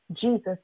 Jesus